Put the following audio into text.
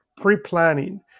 pre-planning